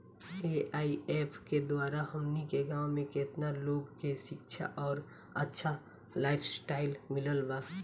AIF के द्वारा हमनी के गांव में केतना लोगन के शिक्षा और अच्छा लाइफस्टाइल मिलल बा